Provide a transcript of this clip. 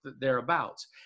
thereabouts